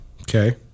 Okay